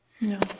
No